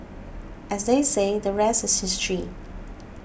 as they say the rest is history